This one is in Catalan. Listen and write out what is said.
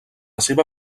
seva